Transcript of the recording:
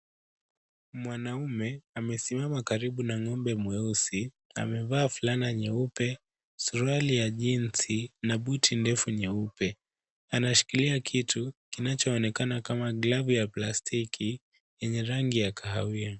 Mwanaume amasimama karibu na ng'ombe nweusi. Amevaa fulana nyeupe, suruali ya jeans na buti ndefu nyeupe. Anashikilia kitu kinachoonekana kama glavu ya plastiki yenye rangi ya kahawia.